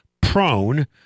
prone